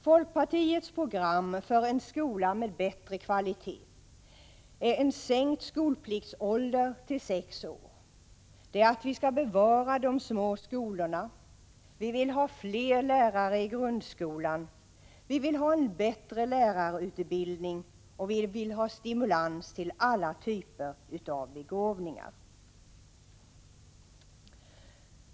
Folkpartiets program för en skola med bättre kvalitet är följande: Stimulans till alla typer av begåvningar.